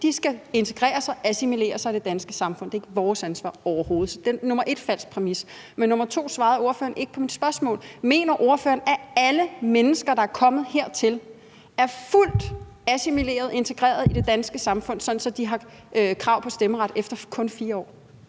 De skal integrere sig og blive assimileret i det danske samfund – det er ikke vores ansvar overhovedet. Så det første er en falsk præmis. For det andet svarede ordføreren ikke på mit spørgsmål. Mener ordføreren, at alle mennesker, der er kommet hertil, er fuldt assimileret og integreret i det danske samfund, sådan at de har krav på stemmeret, efter kun 4 år?